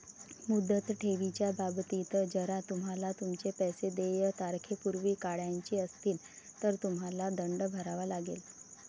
मुदत ठेवीच्या बाबतीत, जर तुम्हाला तुमचे पैसे देय तारखेपूर्वी काढायचे असतील, तर तुम्हाला दंड भरावा लागेल